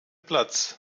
platz